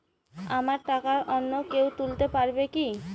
আমার টাকা অন্য কেউ তুলতে পারবে কি?